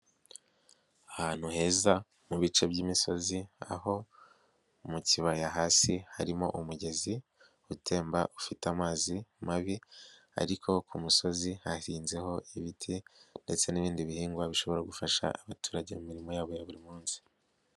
Ahantu heza mu bice by'imisozi, aho mu kibaya hasi harimo umugezi utemba ufite amazi mabi ariko ku musozi hahinzeho ibiti ndetse n'ibindi bihingwa bishobora gufasha abaturage mu mirimo yabo ya buri munsi.